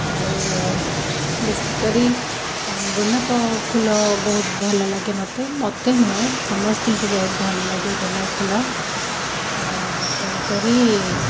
ଆଉ ବେଶୀ କରି ଗୋଲାପ ଫୁଲ ବହୁତ ଭଲ ଲାଗେ ମୋତେ ମୋତେ ନୁହଁ ସମସ୍ତଙ୍କୁ ବହୁତ ଭଲ ଲାଗେ ଗୋଲାପ ଫୁଲ ତେଣୁକରି